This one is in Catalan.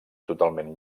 totalment